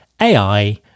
AI